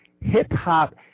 hip-hop